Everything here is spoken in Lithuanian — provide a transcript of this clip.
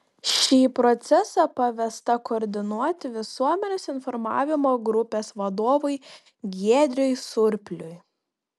šį procesą pavesta koordinuoti visuomenės informavimo grupės vadovui giedriui surpliui